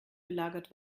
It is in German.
gelagert